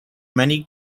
many